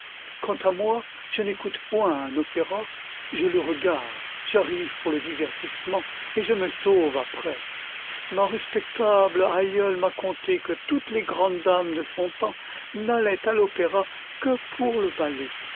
quant à moi je n'écoute point un opéra je le regarde j'arrive pour le divertissement et je me sauve après ma respectable aïeule m'a conté que toutes les grandes dames de son temps n'allaient à l'opéra que pour le ballet